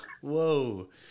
Whoa